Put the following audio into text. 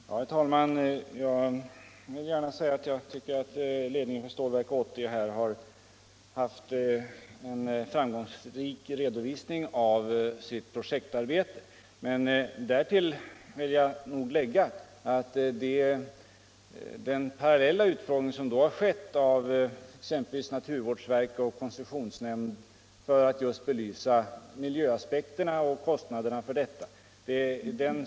Nr 71 Herr talman! Jag vill gärna säga att jag tycker ledningen för Stålverk Onsdagen den 80 har varit framgångsrik i redovisningen i sitt projektarbete. Men därtill 30 april 1975 vill jag nog lägga att den parallella utfrågning som då har skett av exempelvis naturvårdsverket och koncessionsnämnden, för att få en be — Om värnpliktigas lysning av miljöaspekterna och kostnaderna för att tillgodose dessa, har = rätt till tjänstledigvarit betydelsefull.